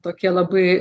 tokie labai